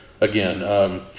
again